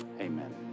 amen